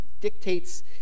dictates